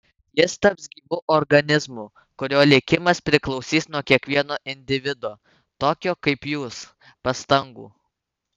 jis taps gyvu organizmu kurio likimas priklausys nuo kiekvieno individo tokio kaip jūs pastangų